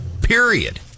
period